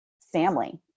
family